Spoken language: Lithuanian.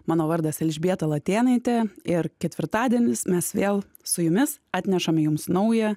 mano vardas elžbieta latėnaitė ir ketvirtadienis mes vėl su jumis atnešam jums naują